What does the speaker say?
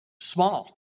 small